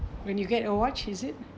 when you get a watch is it